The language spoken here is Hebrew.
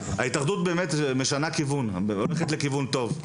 ההתאחדות באמת משנה כיוון, הולכת לכיוון טוב.